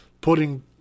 putting